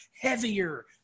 heavier